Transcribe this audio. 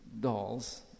dolls